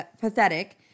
pathetic